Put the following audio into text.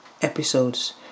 episodes